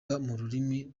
rurimi